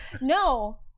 No